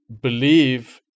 believe